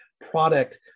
product